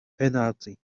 penalty